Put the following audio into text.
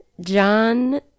John